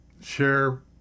share